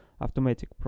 automatic